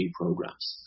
programs